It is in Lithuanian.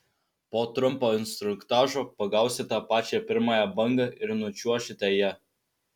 po trumpo instruktažo pagausite pačią pirmąją bangą ir nučiuošite ja